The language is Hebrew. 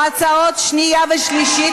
ההצעה השנייה וההצעה השלישית,